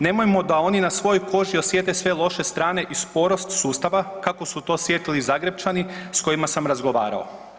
Nemojmo da oni na svojoj koži osjete sve loše strane i sporost sustava kako su to osjetili Zagrepčani s kojima sam razgovarao.